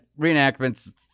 Reenactment's